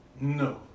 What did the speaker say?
No